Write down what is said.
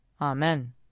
Amen